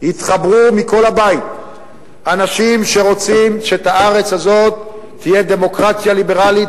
יתחברו מכל הבית אנשים שרוצים שבארץ הזאת תהיה דמוקרטיה ליברלית,